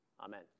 Amen